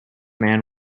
man